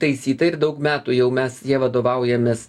taisyta ir daug metų jau mes ja vadovaujamės